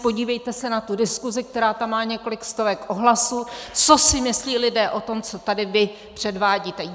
Podívejte na tu diskusi, která tam má několik stovek ohlasů, co si myslí lidé o tom, co tady vy předvádíte!